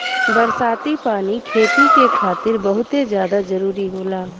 बरसाती पानी खेती के खातिर बहुते जादा जरूरी होला